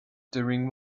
during